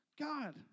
God